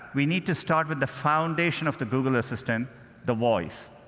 we need to start with the foundation of the google assistant the voice.